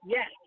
Yes